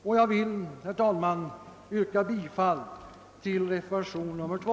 Jag yrkar därför, herr talman, bifall till reservationen 2.